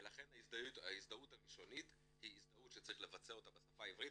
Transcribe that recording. ולכן ההזדהות הראשונית היא הזדהות שצריך לבצע אותה בשפה העברית,